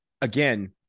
Again